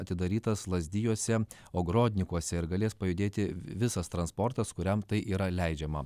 atidarytas lazdijuose ogrodnikuose ir galės pajudėti visas transportas kuriam tai yra leidžiama